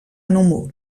núvol